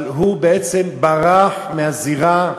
אבל הוא בעצם ברח מהזירה,